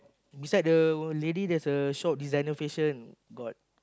beside the lady there is a short designer fashion got